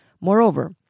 Moreover